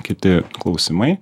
kiti klausimai